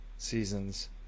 Seasons